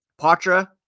Patra